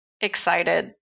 Excited